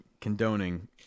condoning